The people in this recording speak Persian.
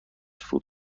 فود